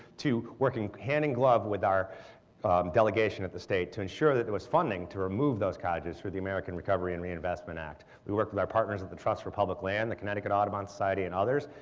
to working hand in glove with our delegation at the state to ensure that there was funding to remove those cottages through the american recovery and reinvestment act. we worked with our partners at the trust for public land, the connecticut audubon society and others,